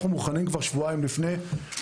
אנחנו מוכנים כבר שבועיים לפני.